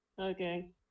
Okay